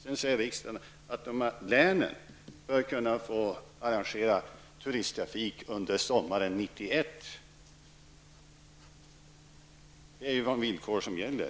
Sedan säger riksdagen att länen bör kunna få arrangera turisttrafik under sommaren 1991. Det är de villkor som gäller.